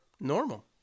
normal